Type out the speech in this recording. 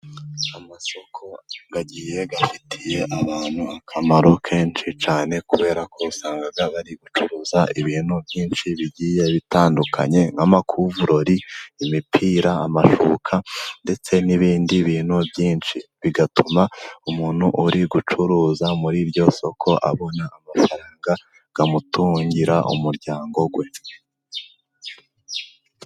Amasoko agiye agifitiye abantu akamaro kenshi cyane, kubera ko usanga bari gucuruza ibintu byinshi bigiye bitandukanye, nk'amakuvurori, imipira, amashuka ndetse n'ibindi bintu byinshi bigatuma umuntu uri gucuruza muri iryo soko abona amafaranga akamutungira umuryango we.